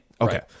Okay